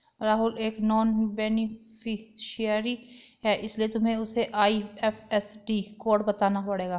राहुल एक non beneficiary है इसीलिए तुम्हें उसे आई.एफ.एस.सी कोड बताना पड़ेगा